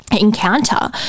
encounter